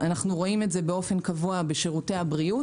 אנו רואים את זה באופן קבוע בשירותי הבריאות.